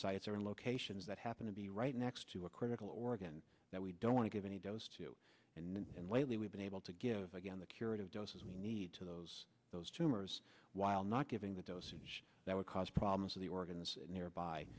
sites are in locations that happen to be right next to a critical organ that we don't want to give any dose to and lately we've been able to give again the curative doses we need to those those tumors while not giving the dosage that would cause problems for the organs nearby